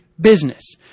business